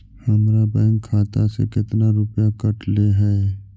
हमरा बैंक खाता से कतना रूपैया कटले है?